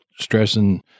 stressing